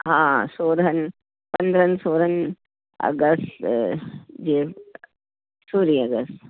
हा सोरहनि पंद्रहनि सोरहनि अगस्त जे सोरहीं अगस्त